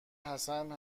حسن